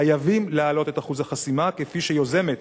חייבים להעלות את אחוז החסימה, כפי שיוזמת